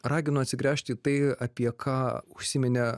raginu atsigręžti į tai apie ką užsiminė